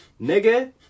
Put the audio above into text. nigga